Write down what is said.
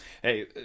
Hey